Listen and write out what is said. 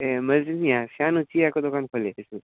ए मैले चाहिँ नि यहाँ सानो चियाको दोकान खोलेको छु